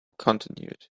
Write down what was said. continued